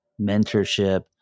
mentorship